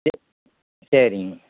சரி சரிங்க